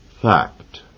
fact